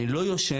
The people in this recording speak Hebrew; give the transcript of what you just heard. אני לא ישן,